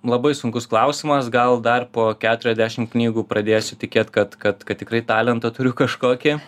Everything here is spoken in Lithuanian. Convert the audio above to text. labai sunkus klausimas gal dar po keturiasdešim knygų pradėsiu tikėt kad kad kad tikrai talentą turiu kažkokį